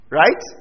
right